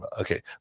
okay